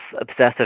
obsessive